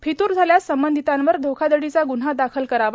फितूर झाल्यास संबंधितावर धोखाधडीचा ग्न्हा दाखल करावा